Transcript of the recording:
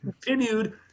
continued